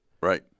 right